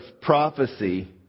prophecy